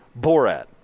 Borat